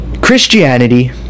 Christianity